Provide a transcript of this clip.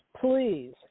Please